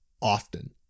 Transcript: often